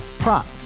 Prop